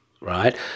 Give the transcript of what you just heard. right